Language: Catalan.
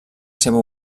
seva